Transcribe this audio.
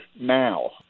now